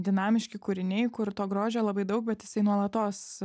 dinamiški kūriniai kur to grožio labai daug bet jisai nuolatos